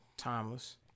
timeless